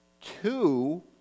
two